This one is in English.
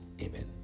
Amen